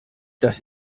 das